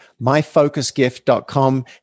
Myfocusgift.com